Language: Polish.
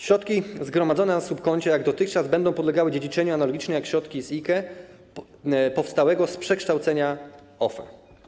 Środki zgromadzone na subkoncie, jak dotychczas, będą podlegały dziedziczeniu analogicznie jak środki z IKE, powstałego z przekształcenia OFE.